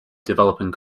developing